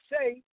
say